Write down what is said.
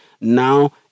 now